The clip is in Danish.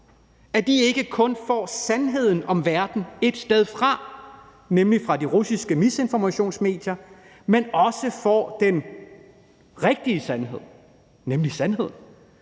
det er, ikke kun får sandheden om verden ét sted fra, nemlig fra de russiske misinformationsmedier, men også får den rigtige sandhed, nemlig sandheden,